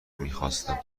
میخواستم